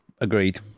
Agreed